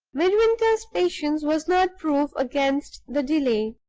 midwinter's patience was not proof against the delay.